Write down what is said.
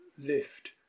lift